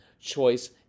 Choice